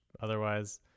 otherwise